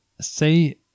say